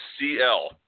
CL